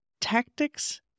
tactics